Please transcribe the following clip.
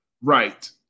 Right